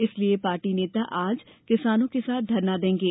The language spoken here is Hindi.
इसलिए पार्टी नेता आज किसानों के साथ धरना देंगे